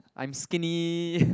I'm skinny